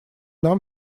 нам